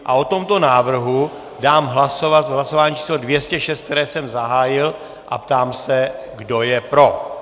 O tomto návrhu dám hlasovat v hlasování číslo 206, které jsem zahájil, a ptám se, kdo je pro.